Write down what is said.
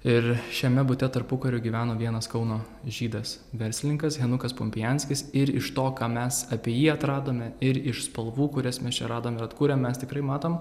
ir šiame bute tarpukariu gyveno vienas kauno žydas verslinkas henukas pompijanskis ir iš to ką mes apie jį atradome ir iš spalvų kurias mes čia radome atkuria mes tikrai matome